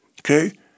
okay